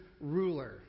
ruler